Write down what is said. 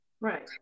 right